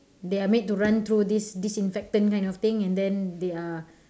they are made to run through this disinfectant kind of thing and then they are